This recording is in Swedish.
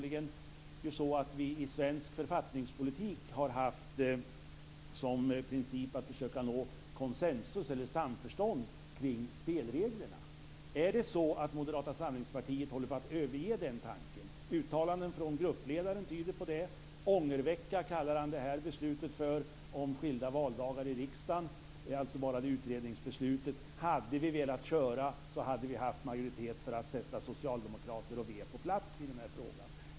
I svensk författningspolitik har vi nämligen haft som princip att försöka nå konsensus, eller samförstånd, kring spelreglerna. Håller Moderata samlingspartiet på att överge den tanken? Uttalanden från gruppledaren tyder på det. Han kallar utredningsbeslutet i riksdagen om skilda valdagar för ångervecka. Hade vi velat köra hade vi haft majoritet för att sätta socialdemokrater och v på plats i frågan, sägs det.